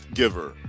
giver